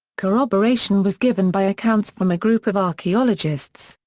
corroboration was given by accounts from a group of archaeologists.